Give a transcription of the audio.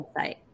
website